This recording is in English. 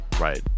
right